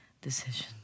decision